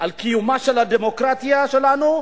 על קיומה של הדמוקרטיה שלנו,